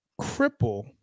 cripple